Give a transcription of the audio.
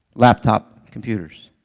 laptop computers